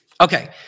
Okay